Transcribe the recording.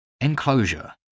Enclosure